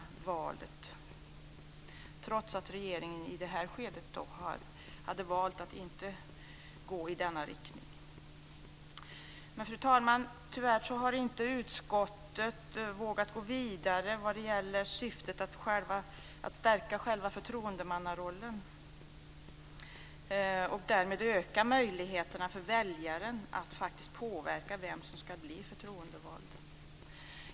Detta sker trots att regeringen i detta skede har valt att inte gå i denna riktning. Fru talman! Tyvärr har utskottet inte vågat gå vidare vad det gäller att stärka själva förtroendemannarollen och därmed öka möjligheterna för väljaren att faktiskt påverka vem som ska bli förtroendevald.